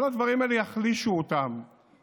כל הדברים האלה יחלישו אותם,